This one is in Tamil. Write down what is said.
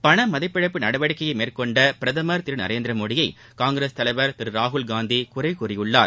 பணமதிப்பிழப்பு நடவடிக்கையை மேற்கொண்ட பிரதமர் திரு நரேந்திரமோடியை காங்கிரஸ் தலைவர் திரு ராகுல் காந்தி குறைகூறியுள்ளார்